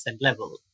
level